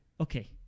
okay